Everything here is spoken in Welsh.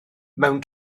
mewn